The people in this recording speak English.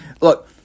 Look